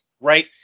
right